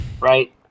right